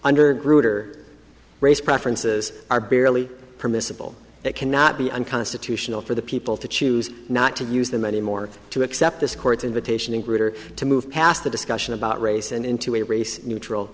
under group or race preferences are barely permissible it cannot be unconstitutional for the people to choose not to use them anymore to accept this court's invitation ingrid or to move past the discussion about race and into a race neutral